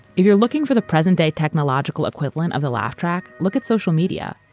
if you're looking for the present day, technological equivalent of the laugh track, look at social media.